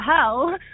hell